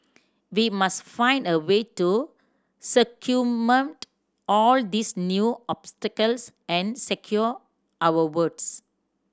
we must find a way to circumvent all these new obstacles and secure our votes